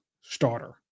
starter